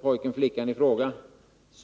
pojken eller flickan i fråga.